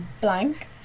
Blank